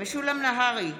משולם נהרי,